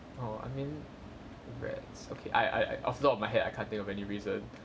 or I mean rats okay I I off the top of my head I can't think of any reason